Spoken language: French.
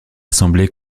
assemblée